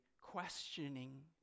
questioning